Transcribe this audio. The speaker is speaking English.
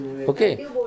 Okay